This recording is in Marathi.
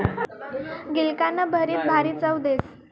गिलकानं भरीत भारी चव देस